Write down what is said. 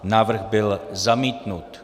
Návrh byl zamítnut.